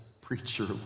preacher